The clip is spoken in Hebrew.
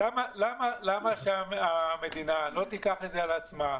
למה שהמדינה לא תיקח את זה על עצמה,